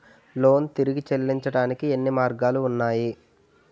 Loan తిరిగి చెల్లించటానికి ఎన్ని మార్గాలు ఉన్నాయి?